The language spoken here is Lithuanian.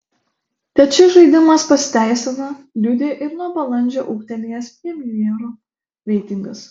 kad šis žaidimas pasiteisina liudija ir nuo balandžio ūgtelėjęs premjero reitingas